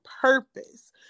purpose